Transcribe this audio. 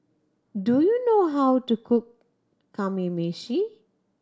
do you know how to cook Kamameshi